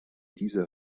dieser